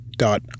dot